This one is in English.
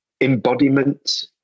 embodiment